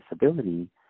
Disability